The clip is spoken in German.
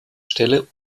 stelle